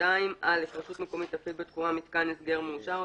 אושר 7/11/18 2. (א)רשות מקומית תפעיל בתחומה מיתקן הסגר מאושר,